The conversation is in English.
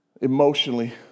emotionally